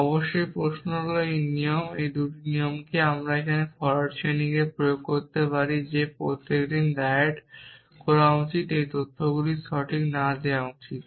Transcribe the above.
অবশ্যই প্রশ্নটি হল এই নিয়ম এবং এই 2টি নিয়মগুলিকে আমরা এখানে ফরোয়ার্ড চেইনিং প্রয়োগ করতে পারি যে প্রত্যেকের ডায়েট করা উচিত এই তথ্যগুলি সঠিক না দেওয়া উচিত